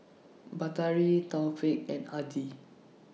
Batari Taufik and Adi